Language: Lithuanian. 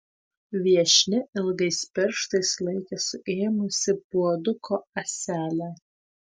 viešnia ilgais pirštais laikė suėmusi puoduko ąselę